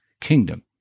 kingdom